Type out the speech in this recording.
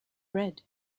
bread